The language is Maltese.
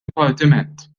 dipartiment